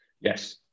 Yes